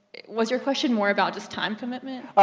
was your question more about just time commitment?